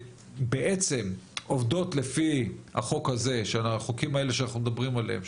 שבעצם עובדות לפי החוק הזה של החוקים האלה שאנחנו מדברים עליהם,